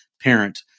parent